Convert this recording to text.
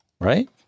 Right